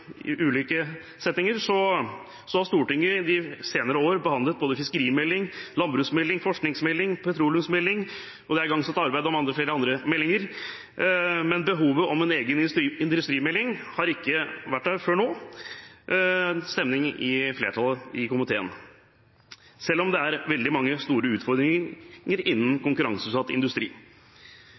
har Stortinget de senere år behandlet både fiskerimelding, landbruksmelding, forskningsmelding og petroleumsmelding, og det er igangsatt arbeid med flere andre meldinger, men behovet for en egen industrimelding har ikke vært der før nå – det er nå stemning for det hos flertallet i komiteen – selv om det er veldig mange store utfordringer innen konkurranseutsatt industri.